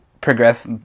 progress